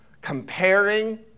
Comparing